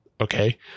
Okay